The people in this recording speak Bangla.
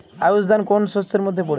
আউশ ধান কোন শস্যের মধ্যে পড়ে?